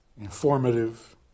informative